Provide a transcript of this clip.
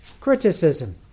criticism